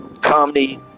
comedy